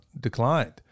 declined